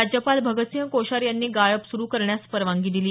राज्यपाल भगतसिंग कोश्यारी यांनी गाळप सुरू करण्यास परवानगी दिली